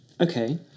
Okay